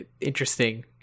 interesting